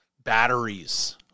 batteries